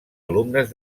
alumnes